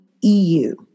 EU